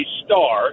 star